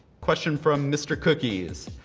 question from mr. cookies.